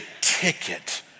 ticket